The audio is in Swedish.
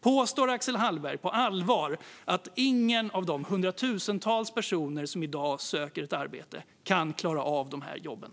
Påstår Axel Hallberg på allvar att ingen av de hundratusentals personer som i dag söker ett arbete kan klara av de jobben?